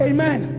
Amen